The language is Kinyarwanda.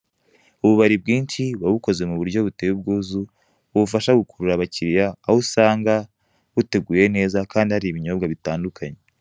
Ububari bwinshi buba bukoze mu buryo buteye ubwuzu, bubafasha gukurura abakiriya, aho usanga buteguye neza kandi hari ibinyobwa bitandukanye.